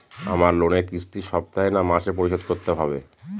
আমার লোনের কিস্তি সপ্তাহে না মাসে পরিশোধ করতে হবে?